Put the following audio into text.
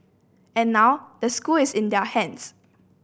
and now the school is in their hands